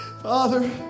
Father